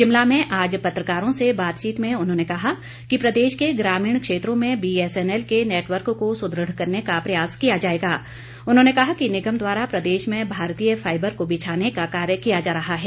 शिमला में आज पत्रकारों से बातचीत में उन्होंने कहा कि प्रदेश के ग्रामीण क्षेत्रों में बीएस एनएल के नेटवर्क को सुदृढ़ करने का प्रयास किया जाएगां उन्होंने कहा कि निगम द्वारा प्रदेश में भारतीय फाईबर को बिछाने का कार्य किया जा रहा है